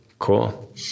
cool